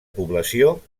població